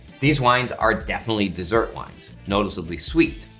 these wines are definitely dessert wines, noticeably sweet.